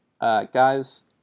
guys